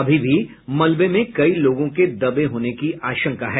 अभी भी मलबे में कई लोगों के दबे होने की आशंका है